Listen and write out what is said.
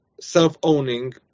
self-owning